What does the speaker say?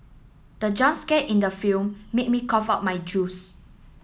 the jump scare in the film made me cough out my juice